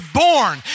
born